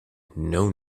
know